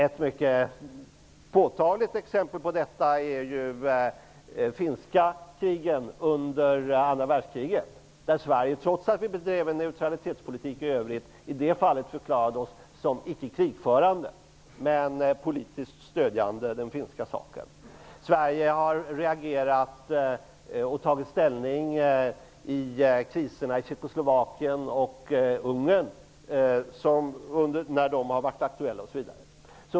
Ett mycket påtagligt exempel i det sammanhanget är finska krigen under andra världskriget. Trots att Sverige i övrigt bedrev neutralitetspolitik förklarade vi oss i det fallet som icke krigförande, men politiskt stödjande den finska saken. Sverige har också reagerat och tagit ställning när kriserna i Tjeckoslovakien och Ungern var aktuella.